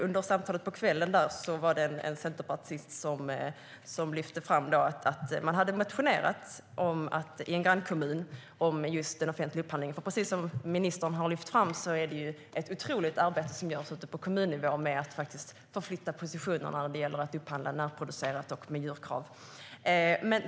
Under samtalet på kvällen lyfte en centerpartist fram att man hade motionerat i en grannkommun om offentlig upphandling. Precis som ministern har lyft fram är det ett otroligt arbete som görs ute på kommunnivå med att förflytta positionerna när det gäller att upphandla närproducerat och när det gäller miljökrav.